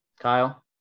kyle